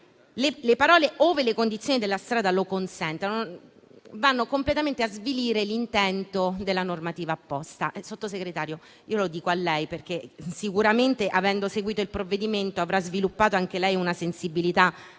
Le parole «ove le condizioni della strada lo consentano» vanno completamente a svilire l'intento della normativa. Sottosegretario, lo dico a lei perché, avendo seguito il provvedimento, avrà sviluppato anche lei una sensibilità